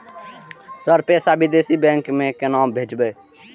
Sir पैसा विदेशी bank में केना भेजबे?